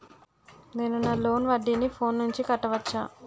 నేను నా లోన్ వడ్డీని ఫోన్ నుంచి కట్టవచ్చా?